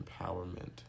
empowerment